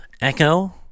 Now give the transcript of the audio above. echo